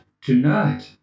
tonight